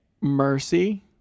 Mercy